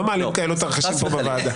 לא מעלים תרחישים כאלה פה בוועדה.